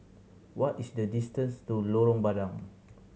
what is the distance to Lorong Bandang